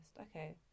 Okay